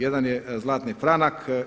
Jedan je zlatni franak.